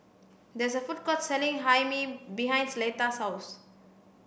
there is a food court selling hae mee behind Leta's house